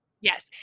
Yes